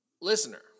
Listener